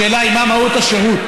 השאלה היא מה מהות השירות.